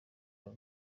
paul